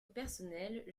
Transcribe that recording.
personnel